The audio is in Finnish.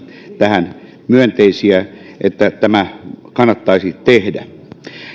tähän myönteisiä että tämä kannattaisi tehdä